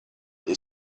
they